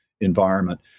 environment